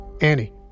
Annie